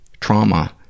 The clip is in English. trauma